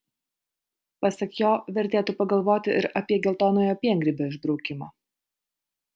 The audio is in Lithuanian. pasak jo vertėtų pagalvoti ir apie geltonojo piengrybio išbraukimą